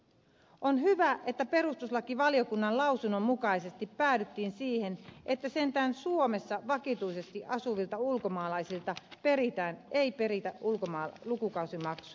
on hyvä että perustuslakivaliokunnan lausunnon mukaisesti päädyttiin siihen että sentään suomessa vakituisesti asuvilta ulkomaalaisilta ei peritä lukukausimaksuja